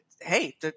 hey